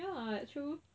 ya that's true